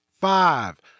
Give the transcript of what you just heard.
Five